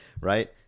Right